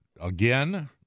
again